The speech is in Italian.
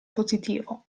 positivo